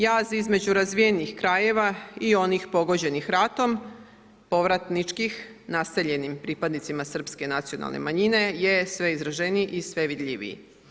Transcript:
Jaz između razvijenih krajeva i onih pogođenih ratom, povratničkih naseljenih pripadnicima srpske nacionalne manjine je sve izraženiji i sve vidljiviji.